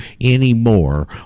anymore